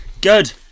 Good